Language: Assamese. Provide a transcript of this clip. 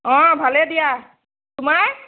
অঁ ভালেই দিয়া তোমাৰ